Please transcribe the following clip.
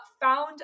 Found